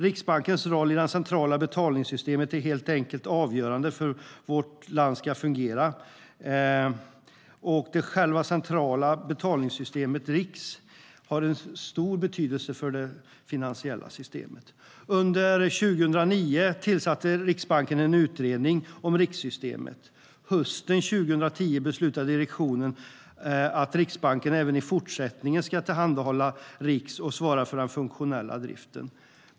Riksbankens roll i det centrala betalningssystemet är helt enkelt avgörande för att vårt land ska fungera. Själva det centrala betalningssystemet, RIX, har en stor betydelse för det finansiella systemet. Under 2009 tillsatte Riksbanken en utredning om RIX-systemet. Hösten 2010 beslutade direktionen att Riksbanken även i fortsättningen ska tillhandahålla RIX och svara för den funktionella driften.